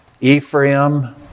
Ephraim